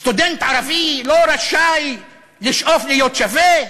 סטודנט ערבי לא רשאי לשאוף להיות שווה?